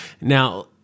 Now